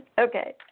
Okay